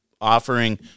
offering